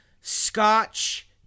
Scotch